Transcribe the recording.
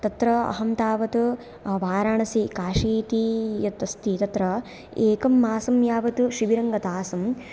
तत्र अहं तावत् वाराणसि काशी इति यत् अस्ति तत्र एकं मासं यावत् शिबिरं गता आसम्